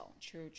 True